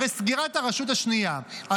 הרי סגירת הרשות השנייה,